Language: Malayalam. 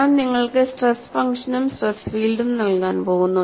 ഞാൻ നിങ്ങൾക്ക് സ്ട്രെസ് ഫംഗ്ഷനും സ്ട്രെസ് ഫീൽഡും നൽകാൻ പോകുന്നു